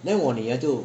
then 我女儿就